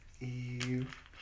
Eve